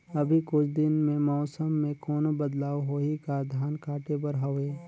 अभी कुछ दिन मे मौसम मे कोनो बदलाव होही का? धान काटे बर हवय?